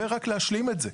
ורק להשלים את זה.